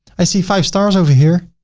i see five stars over here,